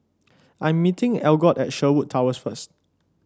I'm meeting Algot at Sherwood Towers first